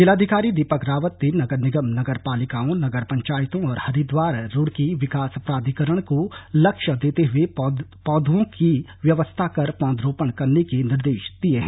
जिलाधिकारी दीपक रावत ने नगर निगम नगर पालिकाओं नगर पंचायतों और हरिद्वार रूड़की विकास प्राधिकरण को लक्ष्य देते हुए पौधों की व्यवस्था कर पौधरोपण करने के निर्देश दिये हैं